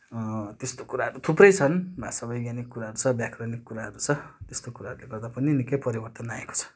त्यस्तो कुराहरू थुप्रै छन् भाषा वैज्ञानिक कुराहरू छ व्याकरनिक कुराहरू छ त्यस्तो कुराहरूले गर्दा पनि निकै परिवर्तन आएको छ